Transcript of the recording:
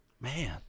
Man